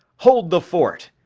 hold the fort,